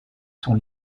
sont